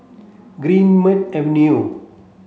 Greenmead Avenue